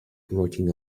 rocking